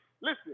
listen